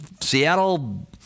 Seattle